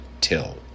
till